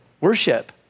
worship